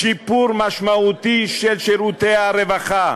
שיפור משמעותי של שירותי הרווחה,